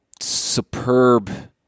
superb